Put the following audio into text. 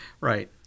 Right